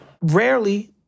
Rarely